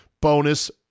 bonus